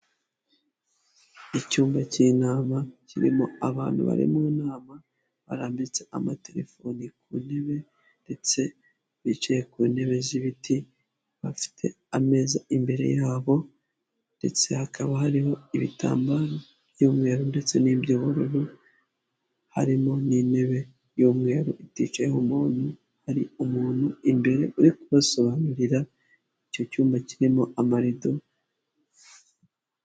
Icyumba cy'inama kirimo abantu bari mu nama, barambitse amatelefoni ku ntebe ndetse bicaye ku ntebe z'ibiti, bafite ameza imbere yabo ndetse hakaba hariho ibitambaro by'umweru ndetse n'iby'ubururu harimo n'intebe y'umweru iticayeho umuntu, hari umuntu imbere uri kubasobanurira, icyo cyumba kirimo amarido.